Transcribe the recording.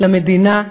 למדינה,